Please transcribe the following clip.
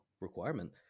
requirement